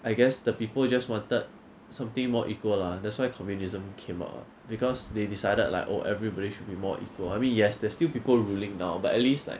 I guess the people just wanted something more equal lah that's why communism came out because they decided like oh everybody should be more equal I mean yes there's still people ruling now but at least like